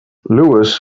lewis